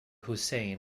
hussain